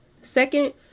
Second